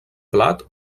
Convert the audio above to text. blat